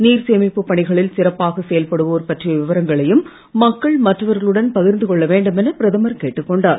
நீர் சேமிப்புப் பணிகளில் சிறப்பாக செயல்படுவோர் பற்றிய விவரங்களையும் மக்கள் மற்றவர்களுடன் பகிர்ந்து கொள்ள வேண்டும் என பிரதமர் கேட்டுக் கொண்டார்